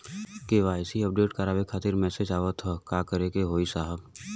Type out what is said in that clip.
KYC updation करें खातिर message आवत ह का करे के होई साहब?